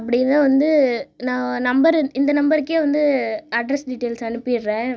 அப்டியேவே வந்து நான் நம்பர் இந்த நம்பருக்கே வந்து அட்ரஸ் டிடைல்ஸ் அனுப்பிடுறேன்